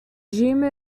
jammu